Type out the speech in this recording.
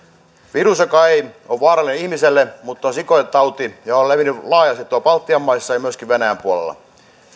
virus joka ei ole vaarallinen ihmiselle mutta on sikojen tauti on levinnyt laajasti tuolla baltian maissa ja myöskin venäjän puolella